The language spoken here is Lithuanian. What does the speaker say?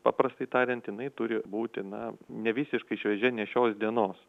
paprastai tariant jinai turi būti na ne visiškai šviežia ne šios dienos